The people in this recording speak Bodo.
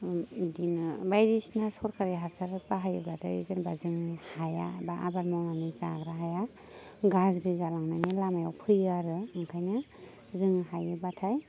बिदिनो बायदिसिना सरकारि हासार बाहायोबाथाय जेनेबा जोंनि हाया बा आबाद मावनानै जाग्रा हाया गाज्रि जालांनायनि लामायाव फैयो आरो ओंखायनो जों हायोबाथाय